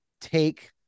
take